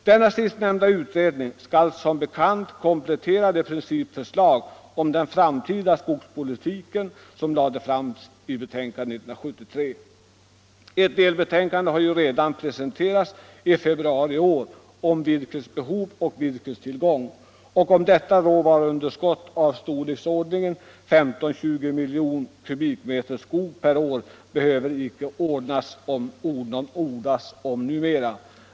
Den sistnämnda utredningen skall som bekant komplettera det principförslag om den framtida skogspolitiken som lades fram i betänkandet 1973. Ett delbetänkande om virkesbehov och virkestillgång har redan presenterats i februari i år. Om råvaruunderskottet på 15-20 miljoner kubikmeter skog per år behöver icke ordas mer.